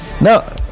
no